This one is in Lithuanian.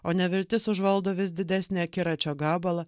o neviltis užvaldo vis didesnį akiračio gabalą